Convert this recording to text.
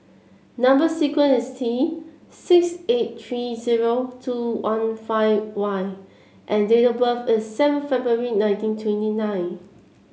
number sequence is T six eight three zero two one five Y and date of birth is seven February nineteen twenty nine